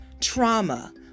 trauma